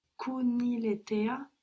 kuniletea